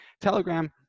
Telegram